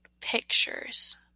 pictures